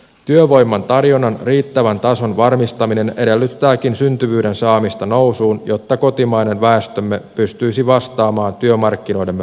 työvoiman tarjonnan riittävän tason varmistaminen edellyttääkin syntyvyyden saamista nousuun jotta kotimainen väestömme pystyisi vastaamaan työmarkkinoidemme vaatimuksiin